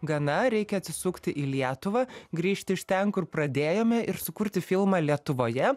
gana reikia atsisukt į lietuvą grįžti iš ten kur pradėjome ir sukurti filmą lietuvoje